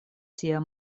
sia